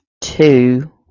two